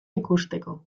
ikusteko